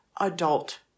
adult